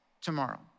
tomorrow